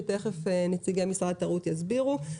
שתיכף נציגי משרד התיירות יסבירו,